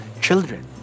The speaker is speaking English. children